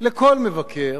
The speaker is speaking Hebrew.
לכל מבקר,